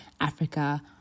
Africa